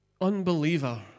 unbeliever